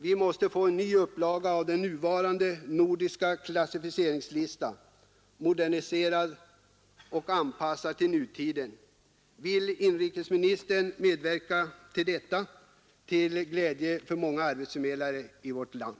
Vi måste få en ny upplaga av den nuvarande nordiska klassificeringslistan, moderniserad och anpassad till nutiden. Vill inrikesministern medverka till detta till glädje för många arbetsförmedlare i vårt land?